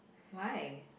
why